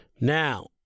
Now